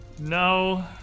No